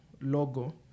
logo